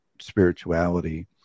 spirituality